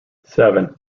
seven